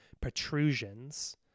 protrusions